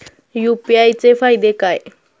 UPI चे फायदे काय?